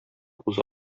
уза